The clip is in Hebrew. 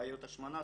בעיות השמנה,